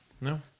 No